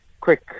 quick